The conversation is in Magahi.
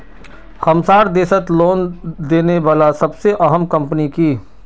हमसार देशत लोन देने बला सबसे अहम कम्पनी क